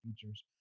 features